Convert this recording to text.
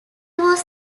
was